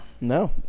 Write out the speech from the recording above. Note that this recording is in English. No